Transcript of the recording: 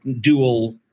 dual